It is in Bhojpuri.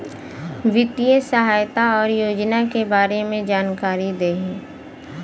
वित्तीय सहायता और योजना के बारे में जानकारी देही?